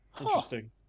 Interesting